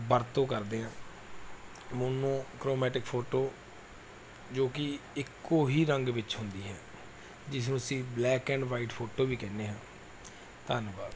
ਵਰਤੋਂ ਕਰਦੇ ਹਾਂ ਹੁਣ ਮੋਨੋਕ੍ਰੋਮੈਟਿਕ ਫੋਟੋ ਜੋ ਕਿ ਇੱਕੋ ਹੀ ਰੰਗ ਵਿੱਚ ਹੁੰਦੀ ਹੈ ਜਿਸ ਨੂੰ ਅਸੀਂ ਬਲੈਕ ਐਂਡ ਵਾਈਟ ਫੋਟੋ ਵੀ ਕਹਿੰਦੇ ਹਾਂ ਧੰਨਵਾਦ